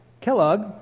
Kellogg